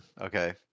Okay